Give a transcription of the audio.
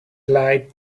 light